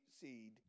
seed